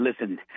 listen